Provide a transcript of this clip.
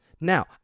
Now